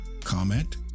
comment